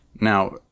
Now